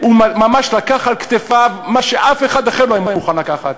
הוא ממש לקח על כתפיו מה שאף אחד אחר לא היה מוכן לקחת.